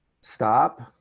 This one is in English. stop